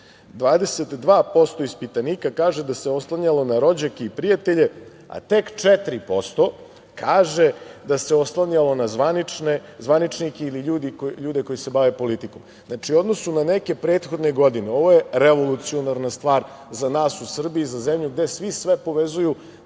22% ispitanika kaže da se oslanjalo na rođake i prijatelje, a tek 4% kaže da se oslanjalo na zvaničnike ili ljude koji se bave politikom. Znači, u odnosu na neke prethodne godine, ovo je revolucionarna stvar za nas u Srbiji, za zemlje gde svi sve povezuju